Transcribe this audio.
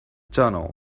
tunnel